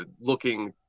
looking